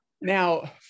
Now